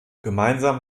gemeinsam